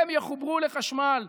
הם יחוברו לחשמל,